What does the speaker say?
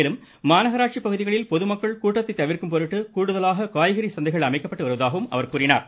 மேலும் மாநகராட்சி பகுதிகளில் பொதுமக்கள் கூட்டத்தை தவிர்க்கும் பொருட்டு கூடுதலாக காய்கறி சந்தைகள் அமைக்கப்பட்டு வருவதாகவும் அவர் கூறினார்